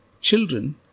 children